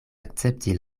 akcepti